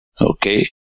Okay